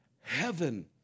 heaven